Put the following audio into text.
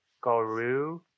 Guru